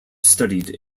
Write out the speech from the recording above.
studied